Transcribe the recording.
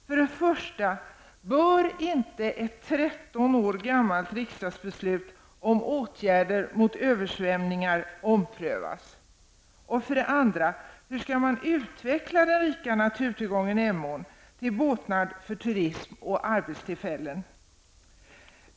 För det första: Bör inte ett 13 år gammalt riksdagsbeslut om åtgärder mot översvämningar omprövas? För det andra: Hur skall man utveckla den rika naturtillgången Emån till båtnad för turism och arbetstillfällen?